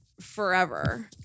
forever